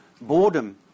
boredom